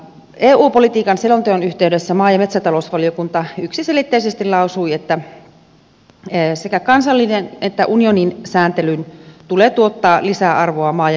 eu politiikan selonteon yhteydessä maa ja metsätalousvaliokunta yksiselitteisesti lausui että sekä kansallisen että unionin sääntelyn tulee tuottaa lisäarvoa maa ja metsätaloudelle